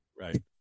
Right